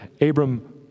Abram